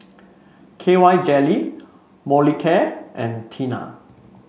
K Y Jelly Molicare and Tena